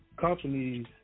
companies